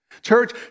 Church